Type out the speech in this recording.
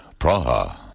Praha